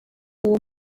uwo